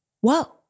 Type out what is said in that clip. Whoa